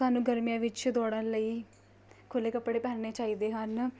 ਸਾਨੂੰ ਗਰਮੀਆਂ ਵਿੱਚ ਦੌੜਨ ਲਈ ਖੁੱਲ੍ਹੇ ਕੱਪੜੇ ਪਹਿਨਣੇ ਚਾਹੀਦੇ ਹਨ